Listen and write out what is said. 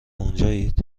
اونجایید